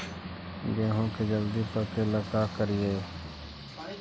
गेहूं के जल्दी पके ल का करियै?